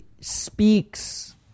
speaks